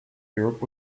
europe